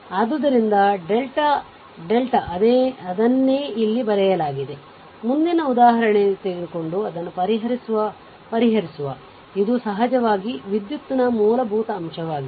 ಆದ್ದರಿಂದ ಇದು ಡೆಲ್ಟಾ ಅದೇನ್ನೇ ಇಲ್ಲಿ ಬರೆಯಲಾಗಿದೆ ಮುಂದಿನ ಉದಾಹರಣೆಯನ್ನು ತೆಗೆದುಕೊಂಡು ಅದನ್ನು ಪರಿಹರಿಸುವ ಇದು ಸಹಜವಾಗಿ ವಿದ್ಯುತ್ನ ಮೂಲಭೂತ ಅಂಶವಾಗಿದೆ